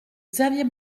xavier